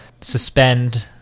suspend